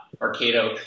Arcado